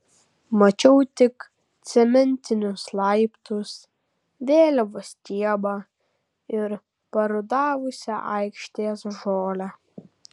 mačiau tik cementinius laiptus vėliavos stiebą ir parudavusią aikštės žolę